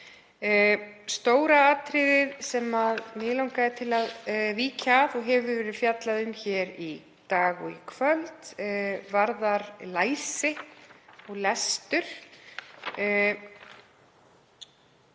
Stóra atriðið sem mig langaði til að víkja að og hefur verið fjallað um í dag og í kvöld varðar læsi og lestur.